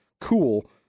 cool